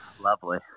lovely